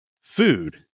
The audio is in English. Food